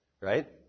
right